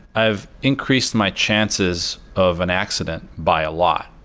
i've increased my chances of an accident by a lot,